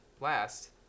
Last